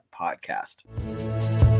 podcast